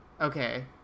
Okay